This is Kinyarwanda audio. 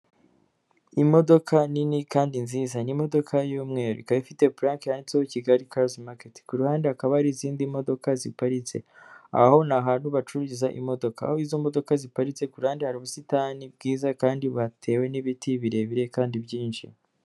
Imodoka nini kandi nziza ni imodoka y'mweru ika ifite buraketi kigali cars market kuruhande hakaba hari izindi modoka ziparitse aho ni ahantu bacururiza imodoka ahoizo modoka ziparitse kuruhande hari ubusitani bwiza kandi batewe n'ibiti birebire kandi byinshi.